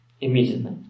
immediately